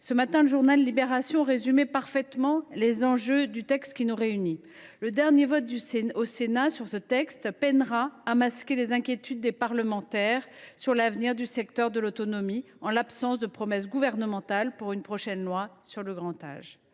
collègues, le journal résumait parfaitement ce matin les enjeux du texte qui nous réunit :« Un dernier vote au Sénat qui peinera à masquer les inquiétudes des parlementaires sur l’avenir du secteur de l’autonomie, en l’absence de promesse gouvernementale pour une prochaine loi sur le grand âge.